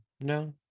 no